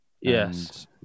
Yes